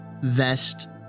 vest